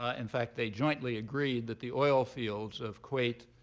ah in fact, they jointly agreed that the oil fields of kuwait,